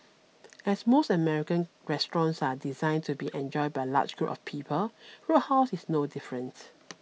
as most American restaurants are designed to be enjoyed by large groups of people Roadhouse is no different